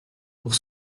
pour